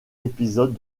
épisodes